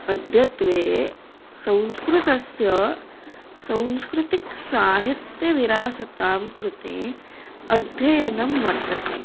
अद्यत्वे संस्कृतस्य सांस्कृतिकसाहित्यविरासतायाः कृते अध्ययनं वर्तते